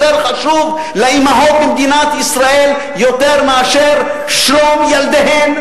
יותר חשוב לאמהות במדינת ישראל מאשר שלום ילדיהן?